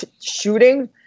shooting